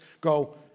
go